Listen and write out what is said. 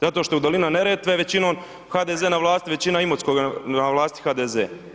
Zato što je dolina Neretve većinom HDZ na vlasti, većina Imotskoga na vlasti HDZ.